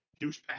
douchebag